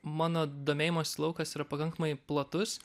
mano domėjimosi laukas yra pakankamai platus